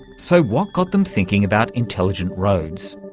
so what got them thinking about intelligent roads?